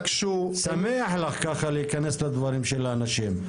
שמח לך ככה להיכנס לדברים של האנשים.